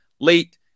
late